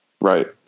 Right